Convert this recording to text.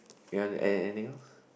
ya and anything else